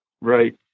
Right